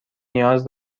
نیاز